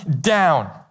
down